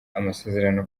amasezerano